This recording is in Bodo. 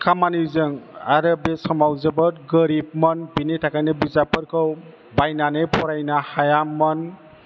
खामानिजों आरो बे समाव जोबोद गोरिबमोन बेनि थाखायनो बिजाबफोरखौ बायनानै फरायनो हायामोन